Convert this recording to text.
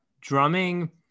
drumming